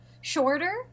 Shorter